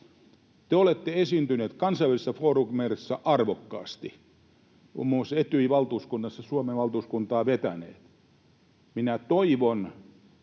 Te olette esiintynyt kansainvälisissä foorumeissa arvokkaasti, muun muassa Etyjin valtuuskunnassa Suomen valtuuskuntaa vetänyt. Minä toivon,